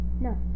No